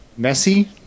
Messi